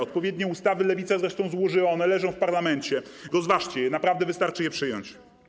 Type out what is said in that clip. Odpowiednie ustawy Lewica zresztą złożyła, one leżą w parlamencie - rozważcie je, naprawdę wystarczy je przyjąć.